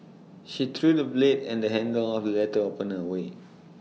she threw the blade and the handle of letter opener away